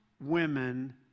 women